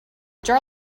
jar